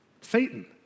Satan